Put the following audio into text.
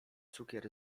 cukier